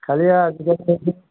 খালী আজিকালি